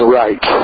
right